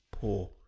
poor